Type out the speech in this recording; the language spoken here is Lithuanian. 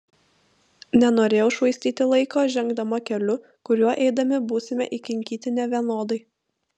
nenorėjau švaistyti laiko žengdama keliu kuriuo eidami būsime įkinkyti nevienodai